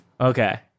Okay